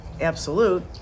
absolute